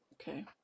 Okay